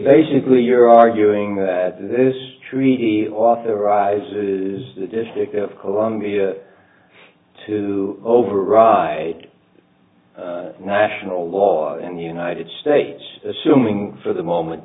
basically you're arguing that this treaty authorizes the district of columbia to override national law and united states assuming for the moment